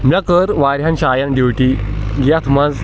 مےٚ کٔر واریاہن جاین ڈیوٹی یتھ منٛز